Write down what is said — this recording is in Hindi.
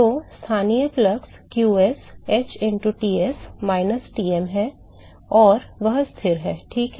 तो स्थानीय flux qs h into Ts minus Tm है और वह स्थिर है ठीक है